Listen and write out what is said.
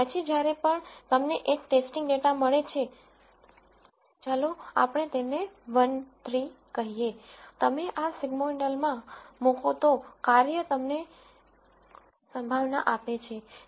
પછી જ્યારે પણ તમને એક ટેસ્ટિંગ ડેટા મળે છે ચાલો આપણે તેને 1 3 કહીએ તમે આ સિગ્મોઇડલ માં મુકો તો કાર્ય તમને પ્રોબેબિલિટી આપે છે